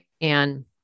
and-